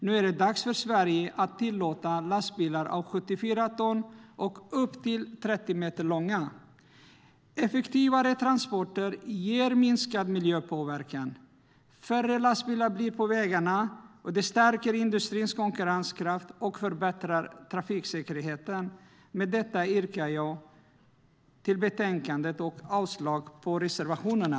Nu är det dags för Sverige att tillåta lastbilar på 74 ton och upp till 30 meter långa. Effektivare transporter ger minskad miljöpåverkan. Det blir färre lastbilar på vägarna, det stärker industrins konkurrenskraft och förbättrar trafiksäkerheten. Med detta yrkar jag bifall till utskottets förslag i betänkandet och avslag på reservationerna.